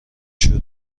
شروع